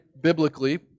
biblically